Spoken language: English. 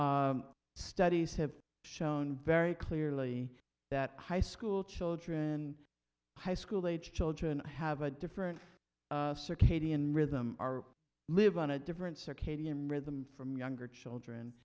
studies have shown very clearly that high school children high school age children have a different circadian rhythm are live on a difference or kadian rhythm from younger children